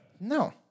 No